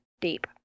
deep